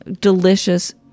delicious